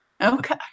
Okay